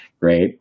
great